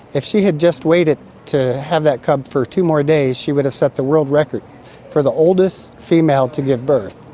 if she had just waited to have that cub for two more days she would have set the world record for the oldest female to give birth.